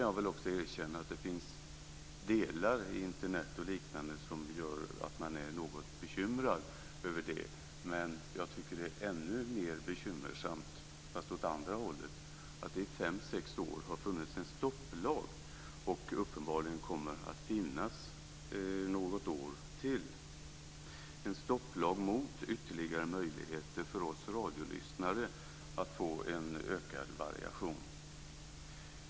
Jag kan erkänna att det finns delar i Internet och liknande medier som gör en något bekymrad. Men det är än mer bekymmersamt att det i sex år har funnits en stopplag och att den uppenbarligen kommer att finnas i något år till. Det är en stopplag mot ytterligare möjligheter för oss radiolyssnare att få en ökad variation.